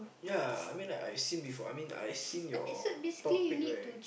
ya I mean like I've seen before I've seen your topic right